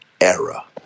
era